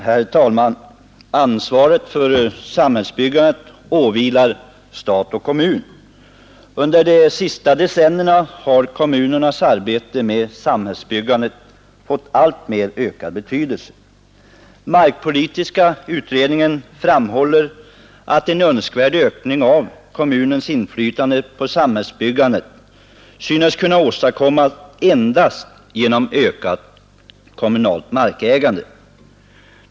Herr talman! Ansvaret för samhällsbyggandet åvilar stat och kommun. Under de sista decennierna har kommunernas arbete med samhällsbyggandet fått alltmer ökad betydelse. Markpolitiska utredningen framhåller att en önskvärd ökning av kommunens inflytande på samhällsbyggandet synes kunna åstadkommas endast genom ökat kommunalt markägande.